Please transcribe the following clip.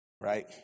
right